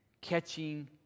catching